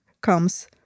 comes